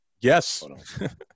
Yes